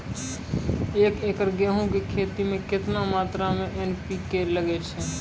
एक एकरऽ गेहूँ के खेती मे केतना मात्रा मे एन.पी.के लगे छै?